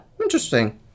interesting